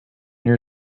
your